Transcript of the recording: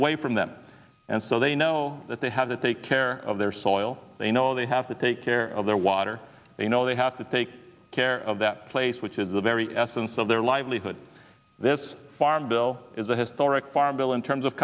away from them and so they know that they have to take care of their soil they know they have to take care of their water they know they have to take care of that place which is the very essence of their livelihood this farm bill is a historic farm bill in terms of